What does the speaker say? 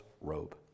robe